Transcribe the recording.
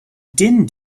din